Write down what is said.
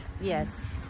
Yes